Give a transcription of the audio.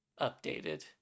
updated